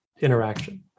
interaction